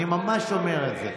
אני ממש אומר את זה.